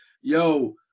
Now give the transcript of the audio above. yo